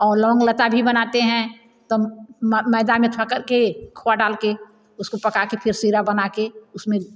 और लौंग लत्ता भी बनाते हैं तब मैदा में थोड़ा कर के खोआ डाल के उसको पका के फिर सीरा बना के उसमें